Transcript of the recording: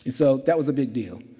so that was a big deal.